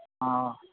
हा